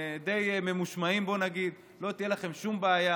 והם די ממושמעים, בוא נגיד, לא תהיה לכם שום בעיה